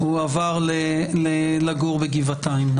בשנים האחרונות הוא עבר לגור בגבעתיים.